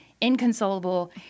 inconsolable